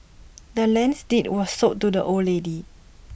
the land's deed was sold to the old lady